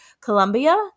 Colombia